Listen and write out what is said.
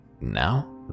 Now